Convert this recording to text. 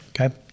Okay